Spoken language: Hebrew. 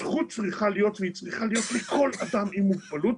הזכות צריכה להיות לכל אדם עם מוגבלות,